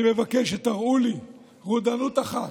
אני מבקש שתראו לי רודנות אחת,